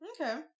okay